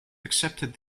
accepted